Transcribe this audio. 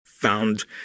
Found